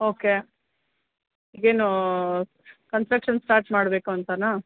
okay ಏನು construction start ಮಾಡಬೇಕು ಅಂತಾನಾ